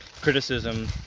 criticism